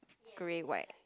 grey white